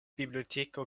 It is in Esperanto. biblioteko